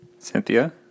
Cynthia